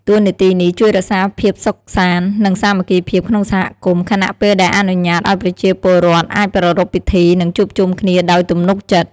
តួនាទីនេះជួយរក្សាភាពសុខសាន្ត និងសាមគ្គីភាពក្នុងសហគមន៍ ខណៈពេលដែលអនុញ្ញាតឱ្យប្រជាពលរដ្ឋអាចប្រារព្ធពិធី និងជួបជុំគ្នាដោយទំនុកចិត្ត។